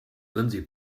lindsey